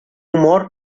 humor